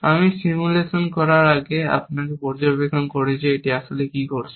আমি সিমুলেশন করার আগে আসুন আমরা একটি পর্যবেক্ষণ করি যে এটি আসলে কী করছে